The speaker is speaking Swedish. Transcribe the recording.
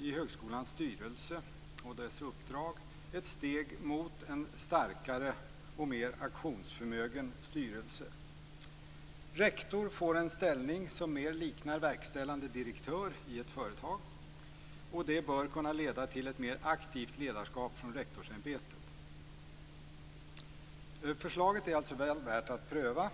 i högskolans styrelse och dess uppdrag ett steg mot en starkare och mer aktionsförmögen styrelse. Rektor får en ställning som mer liknar en verkställande direktör i ett företag. Det bör kunna leda till ett mer aktivt ledarskap från rektorsämbetet. Förslaget är alltså väl värt att pröva.